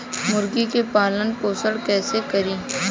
मुर्गी के पालन पोषण कैसे करी?